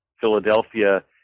Philadelphia